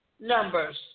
numbers